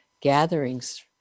gatherings